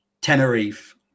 Tenerife